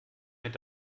mit